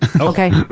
Okay